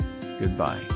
Goodbye